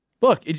Look